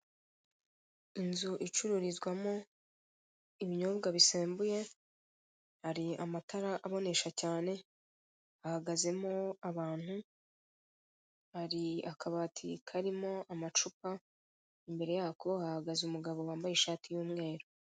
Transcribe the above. Inzu icururizwamo ibinyobwa bisembuye hari amatara abonesha cyane, hahagazemo abantu hari akabati karimo amacupa, imbere yako hahagaze umugabo wambaye ishati y'umweru.